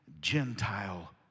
gentile